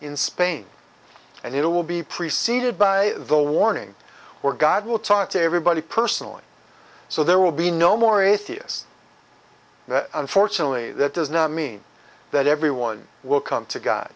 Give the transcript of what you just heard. in spain and it will be preceded by the warning or god will talk to everybody personally so there will be no more atheist unfortunately that does not mean that everyone will come to